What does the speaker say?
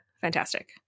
fantastic